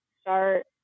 start